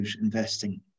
investing